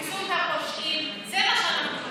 תתפסו את הפושעים, זה מה שאנחנו רוצים.